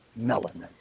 melanin